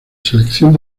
selección